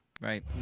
Right